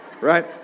right